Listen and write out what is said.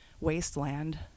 wasteland